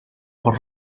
por